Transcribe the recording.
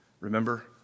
Remember